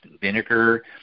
vinegar